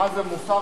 מה זה, מוסר כפול?